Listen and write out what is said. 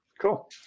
Cool